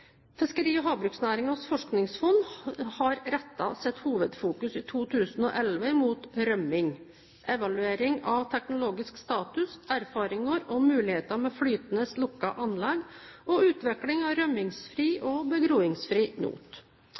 Fiskeri- og havbruksnæringens forskningsfond har rettet sitt hovedfokus i 2011 mot rømming: evaluering av teknologisk status, erfaringer og muligheter med flytende lukkede anlegg og utvikling av rømmingsfri og begroingsfri not.